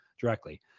directly